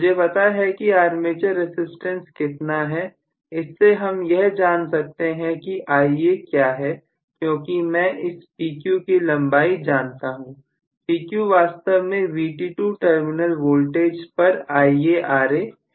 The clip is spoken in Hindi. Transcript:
मुझे पता है कि आर्मेचर रसिस्टेंस कितना है इससे हम यह जान सकते हैं कि Ia क्या है क्योंकि मैं इस PQ की लंबाई जानता हूं PQ वास्तव में Vt2 टर्मिनल वोल्टेज पर IaRa है